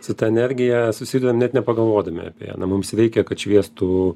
su ta energija susiduriam net nepagalvodami apie ją mums reikia kad šviestų